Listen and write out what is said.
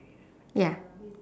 ya